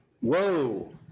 Whoa